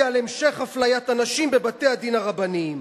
להמשך אפליית הנשים בבתי-הדין הרבניים".